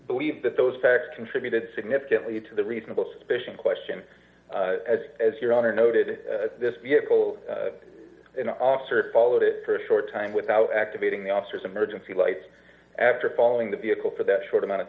believe that those facts contributed significantly to the reasonable suspicion question as as your honor noted this vehicle an officer followed it for a short time without activating the officers emergency lights after following the vehicle for that short amount of